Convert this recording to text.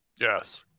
Yes